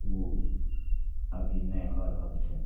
ओ अभी नहि भऽ रहल छै